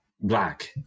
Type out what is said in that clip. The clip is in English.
black